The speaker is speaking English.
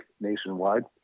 nationwide